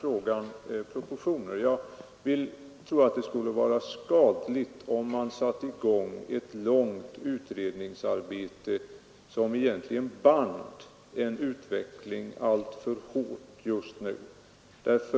Jag tror att det skulle vara skadligt om man satte i gång ett långvarigt utredningsarbete, som egentligen band utvecklingen alltför hårt just nu.